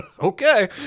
Okay